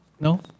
No